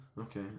Okay